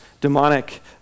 demonic